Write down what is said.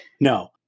no